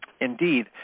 Indeed